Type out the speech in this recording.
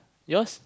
yours